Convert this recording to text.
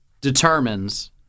determines